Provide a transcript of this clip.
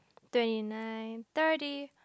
twenty nine thirty